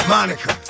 Monica